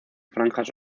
franjas